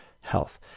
health